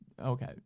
okay